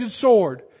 sword